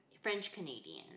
French-Canadian